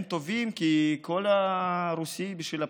הם טובים כקול הרוסי בשביל הבחירות,